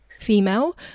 female